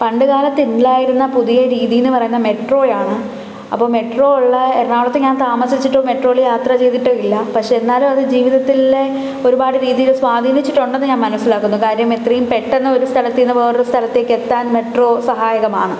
പണ്ടുകാലത്ത് ഇല്ലായിരുന്ന പുതിയ രീതിയെന്നു പറയുന്ന മെട്രോയാണ് അപ്പോൾ മെട്രോ ഉള്ള എറണാകുളത്ത് ഞാൻ താമസിച്ചിട്ടും മെട്രോയിൽ യാത്ര ചെയ്തിട്ടില്ല പക്ഷെ എന്നാലും അത് ജീവിതത്തിലെ ഒരുപാട് രീതിയിൽ സ്വാധീനിച്ചിട്ടുണ്ടെന്നു ഞാൻ മനസ്സിലാക്കുന്നു കാര്യം ഇത്രയും പെട്ടെന്ന് ഒരു സ്ഥലത്തു നിന്ന് വേറൊരു സ്ഥലത്തേക്ക് എത്താൻ മെട്രോ സഹായകമാണ്